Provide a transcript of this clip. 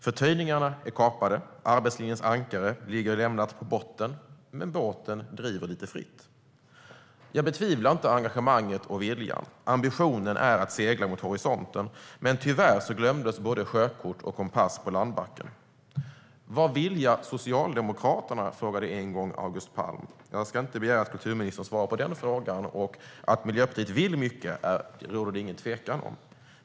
Förtöjningarna är kapade. Arbetslinjens ankare ligger lämnat på botten medan båten driver lite fritt. Jag betvivlar inte engagemanget och viljan. Ambitionen är att segla mot horisonten, men tyvärr glömdes både sjökort och kompass på landbacken. Vad vilja Socialdemokraterna? frågade en gång August Palm. Jag ska inte begära att kulturministern svarar på den frågan, och att Miljöpartiet vill mycket råder det ingen tvekan om.